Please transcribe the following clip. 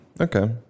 Okay